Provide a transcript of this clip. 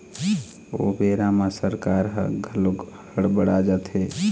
ओ बेरा म सरकार ह घलोक हड़ बड़ा जाथे